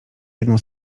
jedną